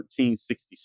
1366